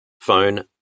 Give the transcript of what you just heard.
Phone